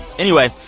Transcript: anyway,